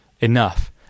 enough